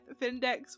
findex